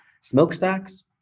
smokestacks